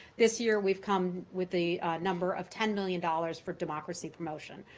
this year, we've come with the number of ten million dollars for democracy promotion,